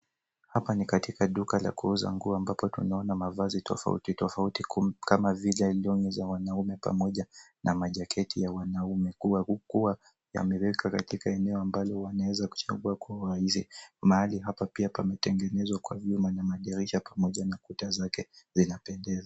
Hapa ni katika duka la kuuza nguo ambapo tunaona mavazi tofauti tofauti kama vile long'i za wanaume pamoja na majaketi ya wanaume huku yamewekwa katika eneo ambalo wanaweza kuchagua kwa urahisi. Mahali hapa pia pametengenezwa na vyuma na madirisha pamoja na kuta zake zinapendeza.